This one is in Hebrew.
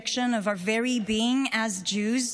rejection of our very being as Jews.